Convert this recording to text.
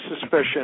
suspicion